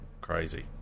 crazy